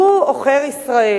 הוא עוכר ישראל.